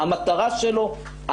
המטרה שלו,